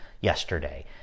yesterday